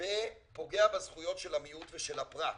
ופוגע בזכויות של המיעוט ושל הפרט.